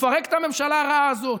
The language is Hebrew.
תפרק את הממשלה הרעה הזאת.